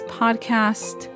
podcast